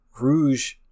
Rouge